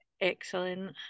Excellent